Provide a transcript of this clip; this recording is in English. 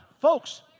folks